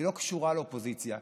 היא לא קשורה לאופוזיציה.